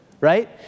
right